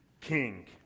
king